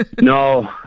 No